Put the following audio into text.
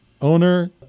Owner